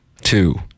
Two